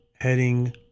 heading